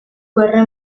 guerre